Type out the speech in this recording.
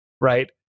right